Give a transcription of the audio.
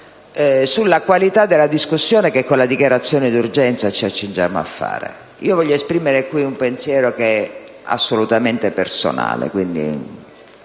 sulla qualità della discussione che con la dichiarazione di urgenza ci accingiamo a fare. Voglio esprimere qui un pensiero che è assolutamente personale. La mia